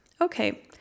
Okay